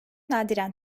nadiren